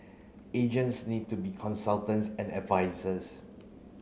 agents need to be consultants and advisers